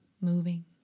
moving